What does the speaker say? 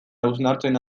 hausnartzen